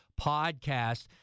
podcast